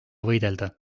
võidelda